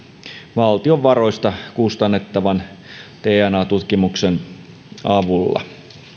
valtion varoista kustannettavan dna tutkimuksen avulla